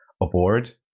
aboard